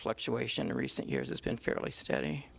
fluctuation in recent years it's been fairly steady